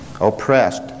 oppressed